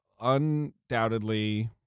undoubtedly